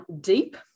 deep